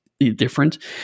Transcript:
different